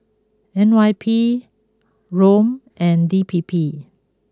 N Y P ROM and D P P